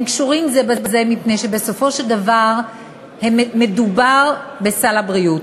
הם קשורים זה בזה מפני שבסופו של דבר מדובר בסל הבריאות.